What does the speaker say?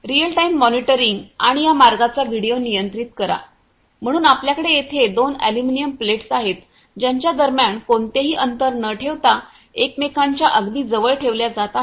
real time monitoring आणि या मार्गाचा व्हिडिओ नियंत्रित करा म्हणून आपल्याकडे येथे दोन अॅल्युमिनियम प्लेट्स आहेत ज्यांच्या दरम्यान कोणतेही अंतर न ठेवता एकमेकांच्या अगदी जवळ ठेवल्या जात आहेत